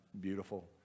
beautiful